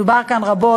דובר כאן רבות,